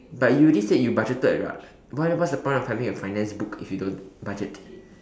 but you already said you budgeted [what] what what's the point of having a finance book if you don't budget